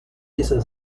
dieser